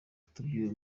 kutubwira